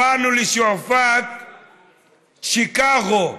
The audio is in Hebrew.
קראנו לשופעאט שיקגו.